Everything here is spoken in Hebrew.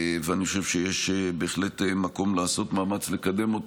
ואני חושב שיש בהחלט מקום לעשות מאמץ לקדם אותו,